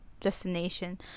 destination